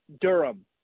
Durham